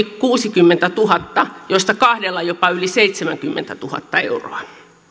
kuusikymmentätuhatta joista kahdella jopa yli seitsemänkymmentätuhatta euroa